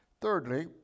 Thirdly